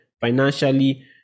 financially